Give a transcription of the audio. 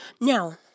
Now